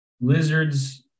lizards